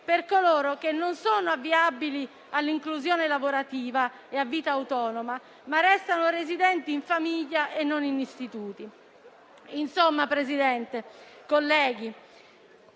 per coloro che non sono avviabili all'inclusione lavorativa e a vita autonoma, ma restano residenti in famiglia e non in istituti. Signor Presidente, colleghi,